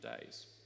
days